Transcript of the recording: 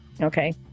okay